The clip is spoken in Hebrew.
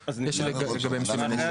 ולגבי חלק מהם יש סימני שאלה.